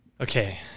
Okay